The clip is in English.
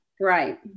Right